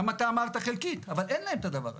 גם אתה אמרת חלקית, אבל אין להם את הדבר הזה.